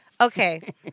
Okay